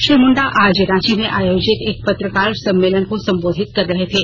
श्री मुंडा आज रांची में आयोजित एक पत्रकार सम्मेलन को संबोधित कर रहे थे